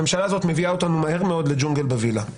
הממשלה הזו מביאה אותנו מהר מאוד לג'ונגל בווילה.